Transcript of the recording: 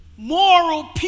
Moral